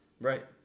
Right